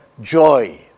joy